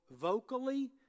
vocally